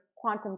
quantum